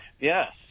yes